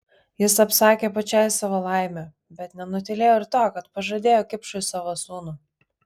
jis apsakė pačiai savo laimę bet nenutylėjo ir to kad pažadėjo kipšui savo sūnų